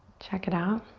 check it out.